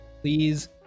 please